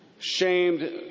Shamed